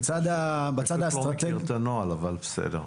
בצד האסטרטגי -- אתה לא מכיר את הנוהל אבל סדר.